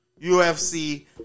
UFC